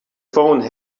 phone